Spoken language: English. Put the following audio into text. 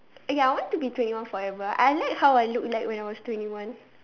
ya I want to be twenty one forever I like how I look like when I was twenty one